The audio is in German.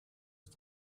ist